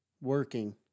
Working